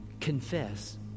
Confess